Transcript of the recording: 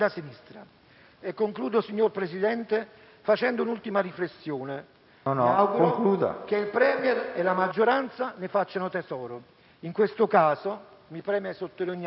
Concludo, signor Presidente, facendo un'ultima riflessione, che il *Premier* e la maggioranza ne facciano tesoro. In questo caso, mi preme sottolineare